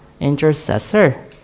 intercessor